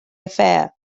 affair